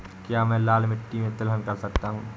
क्या मैं लाल मिट्टी में तिलहन कर सकता हूँ?